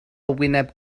wyneb